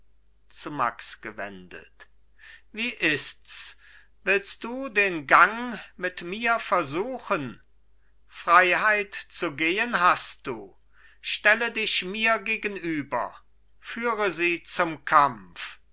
zu max gewendet wie ists willst du den gang mit mir versuchen freiheit zu gehen hast du stelle dich mir gegenüber führe sie zum kampf